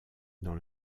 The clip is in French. dans